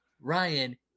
Ryan